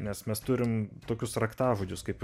nes mes turim tokius raktažodžius kaip